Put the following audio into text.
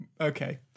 Okay